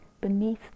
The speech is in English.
beneath